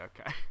okay